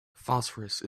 phosphorus